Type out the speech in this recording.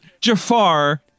Jafar –